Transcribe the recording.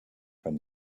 from